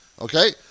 Okay